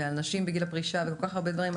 על נשים בגיל הפרישה וכל כך הרבה דברים,